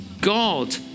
God